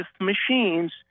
machines